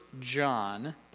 John